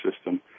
system